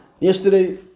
Yesterday